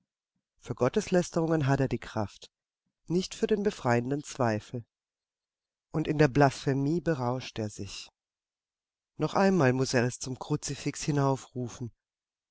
für gotteslästerungen hat er kraft nicht für den befreienden zweifel und in der blasphemie berauscht er sich noch einmal muß er es zum kruzifix